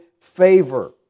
favor